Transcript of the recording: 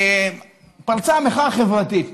פרצה המחאה החברתית.